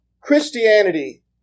Christianity